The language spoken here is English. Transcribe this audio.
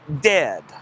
dead